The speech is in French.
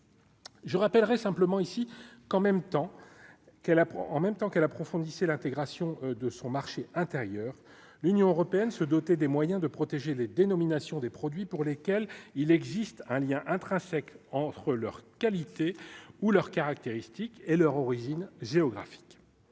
qu'elle apprend en même temps qu'elle approfondisse et l'intégration de son marché intérieur, l'Union européenne se doter des moyens de protéger les dénominations des produits pour lesquels il existe un lien intrinsèque entre leurs qualités ou leurs caractéristiques et leur origine géographique